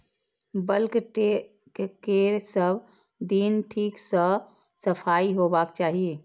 bulk tank केर सब दिन ठीक सं सफाइ होबाक चाही